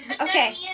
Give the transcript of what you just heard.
Okay